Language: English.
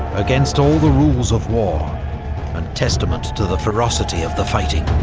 against all the rules of war and testament to the ferocity of the fighting.